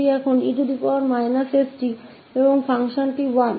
तो क्या होगा हमारे पास है a से ∞ और 𝑒−𝑠𝑡 और क्युकी फंक्शन 1 है